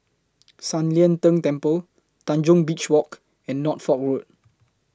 San Lian Deng Temple Tanjong Beach Walk and Norfolk Road